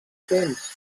temps